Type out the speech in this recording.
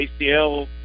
ACL